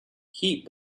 heat